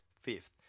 Fifth